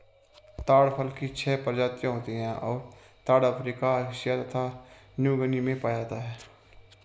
ताड़ फल की छह प्रजातियाँ होती हैं और ताड़ अफ्रीका एशिया तथा न्यूगीनी में पाया जाता है